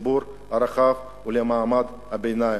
לציבור הרחב ולמעמד הביניים,